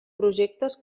projectes